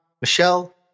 Michelle